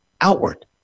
outward